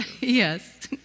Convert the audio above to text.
Yes